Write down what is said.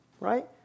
right